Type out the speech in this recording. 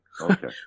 Okay